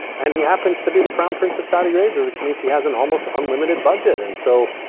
and he happens to be the crown prince of saudi arabia, which means he has an almost unlimited budget. and so,